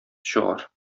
чыгар